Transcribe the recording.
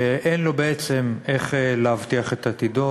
שאין לו בעצם איך להבטיח את עתידו.